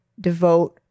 devote